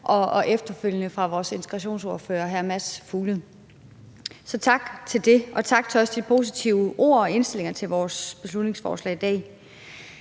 og efterfølgende af vores integrationsordfører, hr. Mads Fuglede. Så tak for det, og også tak for de positive ord og indstillingen til vores beslutningsforslag.